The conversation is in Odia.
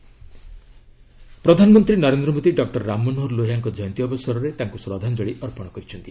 ପିଏମ୍ ଲୋହିଆ ପ୍ରଧାନମନ୍ତ୍ରୀ ନରେନ୍ଦ୍ର ମୋଦୀ ଡକୁର ରାମ ମନୋହର ଲୋହିଆଙ୍କ ଜୟନ୍ତୀ ଅବସରରେ ତାଙ୍କୁ ଶ୍ରଦ୍ଧାଞ୍ଜଳି ଅର୍ପଣ କରିଛନ୍ତି